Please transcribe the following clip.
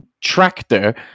tractor